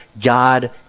God